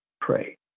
pray